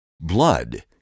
Blood